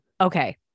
Okay